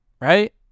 Right